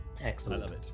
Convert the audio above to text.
Excellent